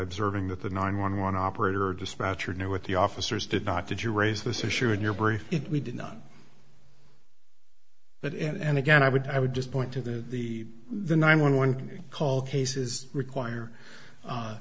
observing that the nine one one operator dispatcher knew what the officers did not did you raise this issue in your brief it we did not but and again i would i would just point to the the the nine one one call cases require